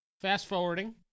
Fast-forwarding